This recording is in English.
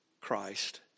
Christ